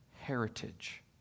heritage